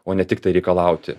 o ne tiktai reikalauti